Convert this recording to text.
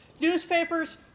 newspapers